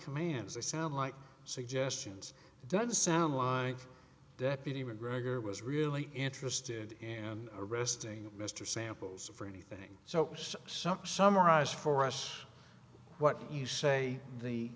commands they sound like suggestions it doesn't sound like deputy mcgregor was really interested in arresting mr samples for anything so just sucks summarize for us what you say the